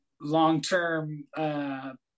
long-term